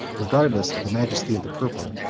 regardless of the majesty of the purple,